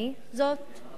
זאת ישראל.